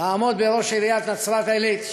לעמוד בראש עיריית נצרת-עילית,